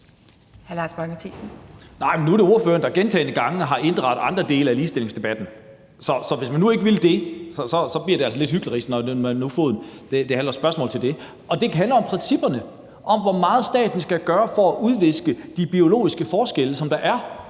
nu er det ordføreren, der gentagne gange har inddraget andre dele af ligestillingsdebatten, så hvis man nu ikke vil det, bliver det altså lidt hyklerisk, når det nu handler om spørgsmål i forhold til det, og det ikke handler om principperne om, hvor meget staten skal gøre for at udviske de biologiske forskelle, der er,